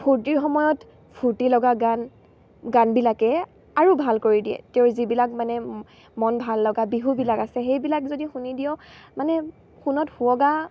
ফূৰ্তিৰ সময়ত ফূৰ্তি লগা গান গানবিলাকে আৰু ভাল কৰি দিয়ে তেওঁৰ যিবিলাক মানে মন ভাল লগা বিহুবিলাক আছে সেইবিলাক যদি শুনি দিয়ে মানে সোণত শুৱগা